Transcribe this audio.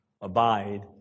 abide